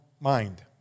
mind